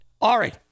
Ari